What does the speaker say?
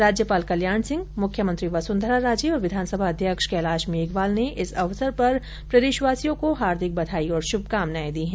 राज्यपाल कल्याण सिंह मुख्यमंत्री वसुन्धरा राजे और विधानसभा अध्यक्ष कैलाश मेघवाल ने इस अवसर पर प्रदेशवासियों को हार्दिक बधाई और श्भकामनाएं दी हैं